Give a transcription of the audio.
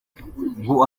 ngo